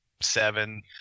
seven